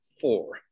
four